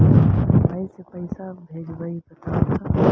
हम मोबाईल से पईसा भेजबई बताहु तो?